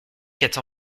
quatre